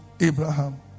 Abraham